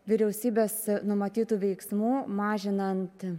vyriausybės numatytų veiksmų mažinant